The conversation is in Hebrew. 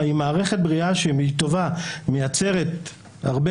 במערכת בריאה שהיא טובה ומייצרת הרבה